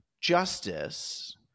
justice